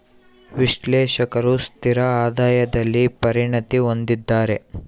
ವಿಶ್ಲೇಷಕರು ಸ್ಥಿರ ಆದಾಯದಲ್ಲಿ ಪರಿಣತಿ ಹೊಂದಿದ್ದಾರ